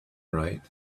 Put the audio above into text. right